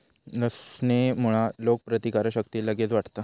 लसणेमुळा रोगप्रतिकारक शक्ती लगेच वाढता